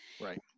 Right